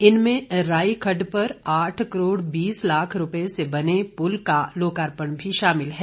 इनमें राई खड्ड पर आठ करोड़ बीस लाख रुपए से बने पुल का लोकार्पण भी शामिल है